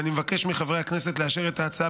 ואני מבקש מחברי הכנסת לאשר את ההצעה